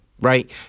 right